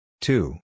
Two